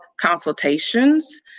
consultations